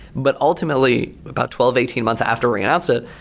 but ultimately about twelve, eighteen months after we announced it,